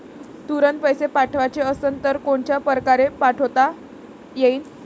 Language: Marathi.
तुरंत पैसे पाठवाचे असन तर कोनच्या परकारे पाठोता येईन?